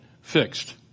fixed